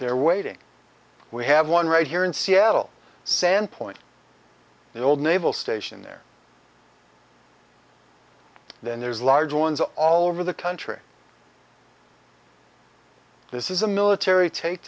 they're waiting we have one right here in seattle sandpoint the old naval station there then there's large ones all over the country this is a military ta